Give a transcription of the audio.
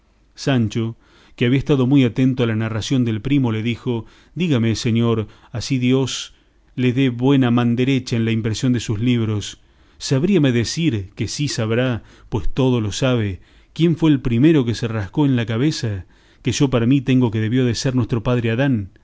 sancho que había estado muy atento a la narración del primo le dijo dígame señor así dios le dé buena manderecha en la impresión de sus libros sabríame decir que sí sabrá pues todo lo sabe quién fue el primero que se rascó en la cabeza que yo para mí tengo que debió de ser nuestro padre adán